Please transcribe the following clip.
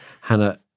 hannah